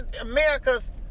America's